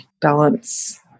balance